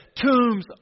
tombs